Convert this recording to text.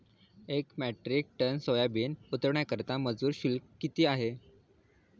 एक metric ton soybean उतरवण्याकरता मजूर शुल्क किती आहे?